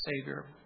Savior